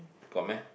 got meh